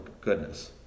goodness